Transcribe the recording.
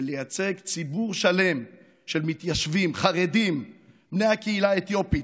לייצג ציבור שלם של מתיישבים חרדים מהקהילה האתיופית,